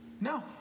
No